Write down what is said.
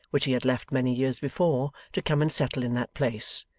which he had left many years before to come and settle in that place.